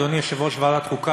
אדוני יושב-ראש ועדת החוקה,